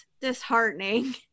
disheartening